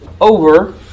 over